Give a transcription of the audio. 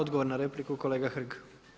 Odgovor na repliku kolega Hrg.